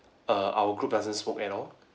err our group doesn't smoke at all